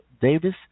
Davis